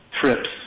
trips